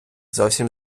зовсім